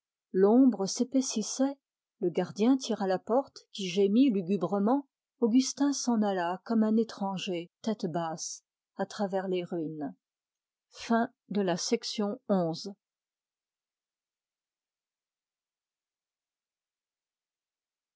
l'ombre s'épaississait le gardien tira la porte qui gémit lugubrement augustin s'en alla comme un étranger tête basse à travers les ruines